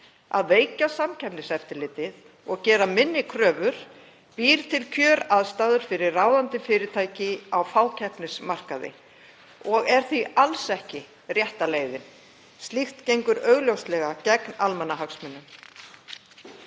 Að veikja Samkeppniseftirlitið og gera minni kröfur býr til kjöraðstæður fyrir ráðandi fyrirtæki á fákeppnismarkaði og er því alls ekki rétta leiðin. Slíkt gengur augljóslega gegn almannahagsmunum.